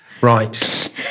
Right